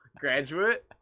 Graduate